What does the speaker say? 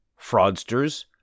Fraudsters